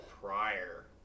prior